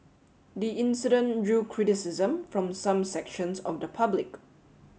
the incident drew criticism from some sections of the public